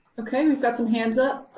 ok, we've got some hands up.